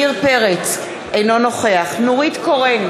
אינו נוכח נורית קורן,